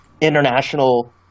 international